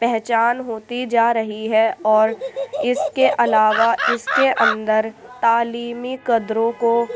پہچان ہوتی جا رہی ہے اور اس کے علاوہ اس کے اندر تعلیمی قدروں کو